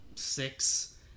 six